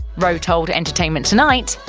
rowe told entertainment tonight,